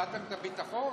איבדתם את הביטחון?